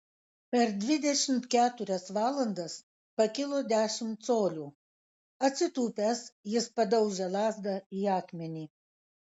per dvidešimt keturias valandas pakilo dešimt colių atsitūpęs jis padaužė lazdą į akmenį